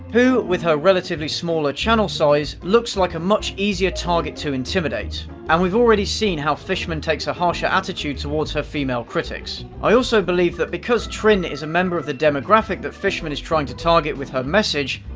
who, with her relatively smaller channel size, looks like a much easier target to intimidate. and we've already seen how fishman takes a harsher attitude towards her female critics. i also believe that because trin is a member of the demographic that fishman is trying to target with her message,